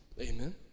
amen